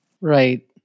Right